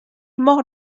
more